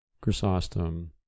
Chrysostom